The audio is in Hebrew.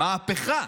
מהפכה,